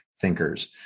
thinkers